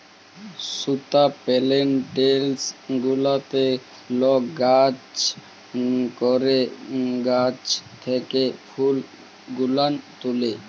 সুতা পেলেনটেসন গুলাতে লক কাজ ক্যরে গাহাচ থ্যাকে ফুল গুলান তুলে